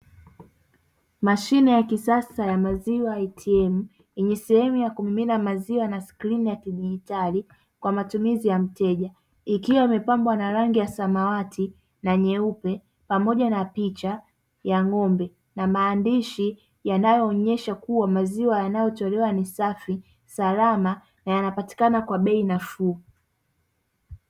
Mashine ya kisasa ya maziwa eitiemu yenye sehemu ya kumimina na skrini ya kidijitali kwa matumizi ya mteja, ikiwa imepambwa na rangi ya samawati na nyeupe pamoja na picha ya ng'ombe, na maandishi yanayoonyesha maziwa yanayotolewa ni safi na salama na yanatolewa kwa bei nafuu.